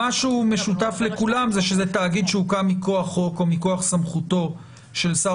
מה שמשותף לכולם זה שזה תאגיד שהוקם מכוח חוק או מכוח סמכותו של שר